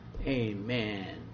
Amen